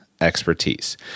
expertise